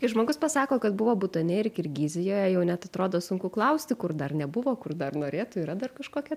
kai žmogus pasako kad buvo butane ir kirgizijoje jau neatrodo sunku klausti kur dar nebuvo kur dar norėtų yra dar kažkokia